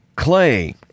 Clay